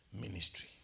Ministry